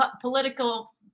political